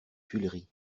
tuileries